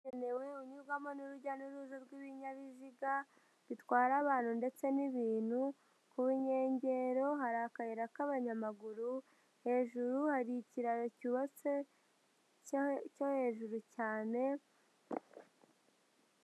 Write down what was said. Bigenewe unyurwamo n'urujya n'uruza rw'ibinyabiziga, bitwara abantu ndetse n'ibintu, ku nkengero hari akayira k'abanyamaguru, hejuru hari ikiraro cyubatse cyo hejuru cyane.